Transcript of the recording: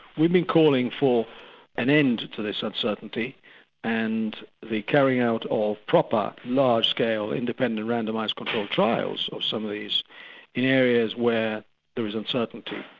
we've been calling for an end to this uncertainty and the carrying out of proper large-scale, independent, randomised control trials of some of these in areas where there is uncertainty.